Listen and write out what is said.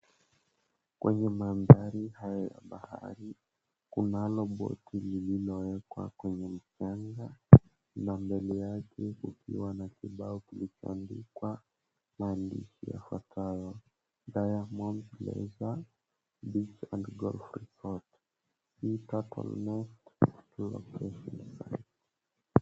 Kwenye mandhari haya ya bahari, kunalo boti lililowekwa kwenye mchanga na mbele yake kukiwa na kibao kilichoandikwa maandishi yafuatayo, "DIAMONDS LEISURE BEACH & GOLF RESORT, SEA TURTLE NEST RELOCATION SITE."